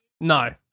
No